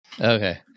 Okay